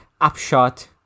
upshot